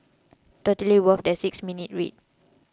totally worth the six minutes read